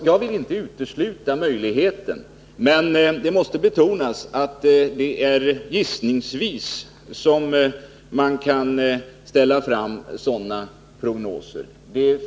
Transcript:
Jag vill inte utesluta möjligheten, men det måste betonas att det är gissningsvis man kan ställa sådana prognoser.